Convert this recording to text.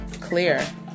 clear